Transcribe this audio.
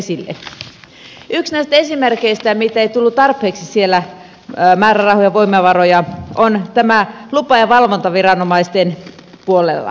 yksi näistä esimerkeistä mihin ei tullut tarpeeksi siellä määrärahoja voimavaroja on lupa ja valvontaviranomaisten puolella